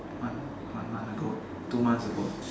one one month ago two months ago